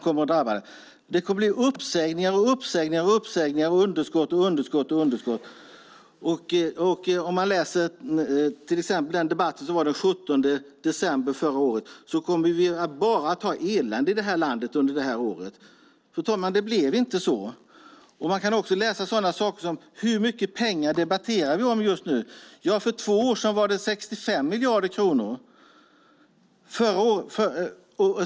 Det blir uppsägningar och underskott. Enligt den debatt som ägde rum den 17 december förra året skulle det bara att bli elände under det här året. Det blev inte så. Man kan också se hur mycket pengar det handlar om. För två år sedan var det 65 miljarder kronor.